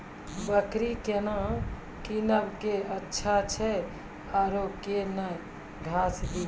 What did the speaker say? बकरी केना कीनब केअचछ छ औरू के न घास दी?